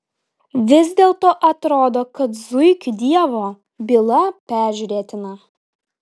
vis dėlto atrodo kad zuikių dievo byla peržiūrėtina